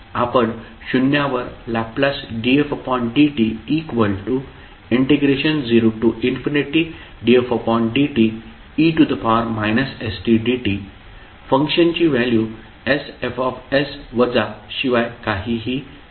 आपण शून्यावर Ldfdt0dfdte stdt फंक्शनची व्हॅल्यू sFs वजा शिवाय काहीही नाही